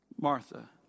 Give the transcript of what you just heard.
Martha